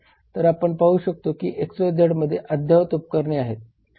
तर आपण पाहू शकतो की XYZ मध्ये अद्ययावत उपकरणे आहेत